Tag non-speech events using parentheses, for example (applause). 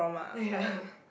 ya (laughs)